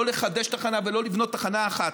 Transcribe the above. לא לחדש תחנה ולא לבנות תחנה אחת.